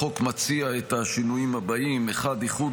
החוק מציע את השינויים הבאים: 1. איחוד